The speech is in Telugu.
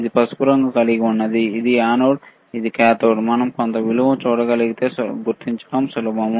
ఇది పసుపురంగు కలిగి ఉన్నది ఇది యానోడ్ ఇది కాథోడ్ మనం కొంత విలువను చూడగలిగితే గుర్తించడం సులభం